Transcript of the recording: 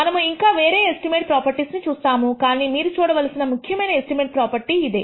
మనము ఇంకా వేరే ఎస్టిమేట్ ప్రాపర్టీస్ ను చూస్తాము కానీ మీరు సరిచూడవలసిన ముఖ్యమైన ఎస్టిమేట్ ప్రాపర్టీ ఇదే